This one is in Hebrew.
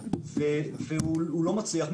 והוא לא מצליח,